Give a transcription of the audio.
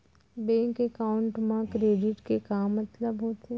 Bank account मा credit के का मतलब होथे?